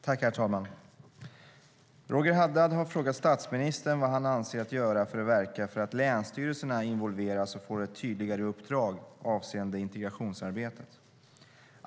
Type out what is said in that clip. Herr talman! Roger Haddad har frågat statsministern vad han avser att göra för att verka för att länsstyrelserna involveras och får ett tydligare uppdrag avseende integrationsarbetet.